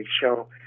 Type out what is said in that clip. show